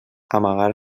amagar